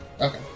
Okay